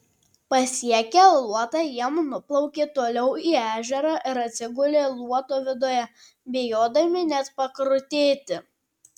pasiekę luotą jie nuplaukė toliau į ežerą ir atsigulė luoto viduje bijodami net pakrutėti